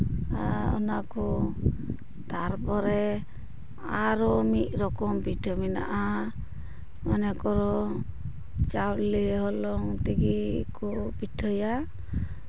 ᱚᱱᱟ ᱠᱚ ᱛᱟᱨᱯᱚᱨᱮ ᱟᱨᱚ ᱢᱤᱫᱨᱚᱠᱚᱢ ᱯᱤᱴᱷᱟᱹ ᱢᱮᱱᱟᱜᱼᱟ ᱢᱚᱱᱮ ᱠᱚᱨᱚ ᱪᱟᱣᱞᱮ ᱦᱚᱞᱚᱝ ᱛᱮᱜᱮ ᱠᱚ ᱯᱤᱴᱷᱟᱹᱭᱟ